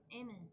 Amen